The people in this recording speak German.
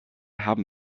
haben